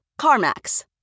CarMax